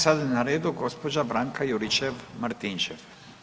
Sada je na redu gospođa Branka Juričev Martinčev.